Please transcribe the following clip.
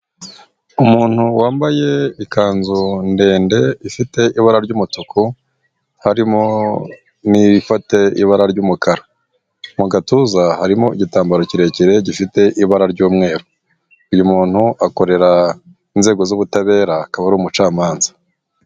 Umuntu wambaye ikanzu ndende ifite ibara ry'umutuku harimo n'ifite ibara ry'umukara, mu gatuza harimo igitambaro kirekire gifite ibara ry'umweru, uyu muntu akorera inzego z'ubutabera akaba ari umucamanza.